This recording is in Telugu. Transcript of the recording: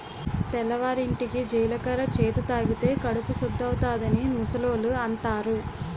తెల్లవారింటికి జీలకర్ర చేదు తాగితే కడుపు సుద్దవుతాదని ముసలోళ్ళు అంతారు